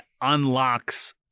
unlocks